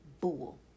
bull